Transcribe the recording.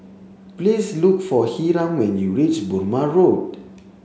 please look for Hiram when you reach Burmah Road